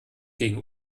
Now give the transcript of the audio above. gegen